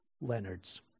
Leonard's